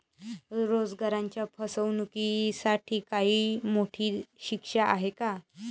रोजगाराच्या फसवणुकीसाठी काही मोठी शिक्षा आहे का?